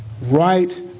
right